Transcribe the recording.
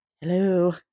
hello